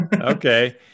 Okay